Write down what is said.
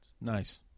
Nice